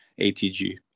ATG